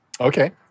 Okay